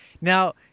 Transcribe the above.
Now